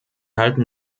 halten